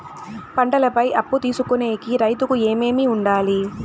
పంటల పై అప్పు తీసుకొనేకి రైతుకు ఏమేమి వుండాలి?